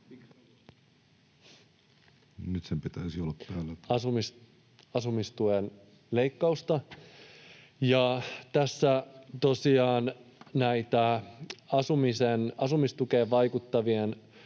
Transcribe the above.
...asumistuen leikkausta. Tässä tosiaan asumistukeen vaikuttavien